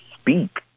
speak